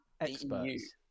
experts